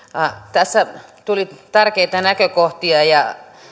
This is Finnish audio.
tässä tuli tärkeitä näkökohtia ja